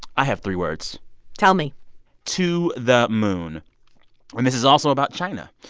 i have three words tell me to the moon and this is also about china.